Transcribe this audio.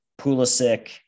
Pulisic